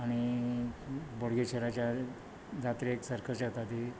आनी बोडगेश्वराच्या जात्रेक सर्कस येता ती